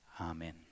Amen